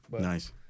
Nice